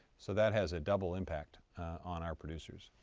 so that has a double impact on our producers.